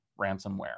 ransomware